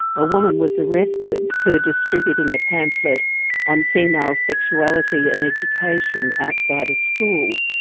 a woman was arrested for distributing a pamphlet on female sexuality and education outside a school,